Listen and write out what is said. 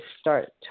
start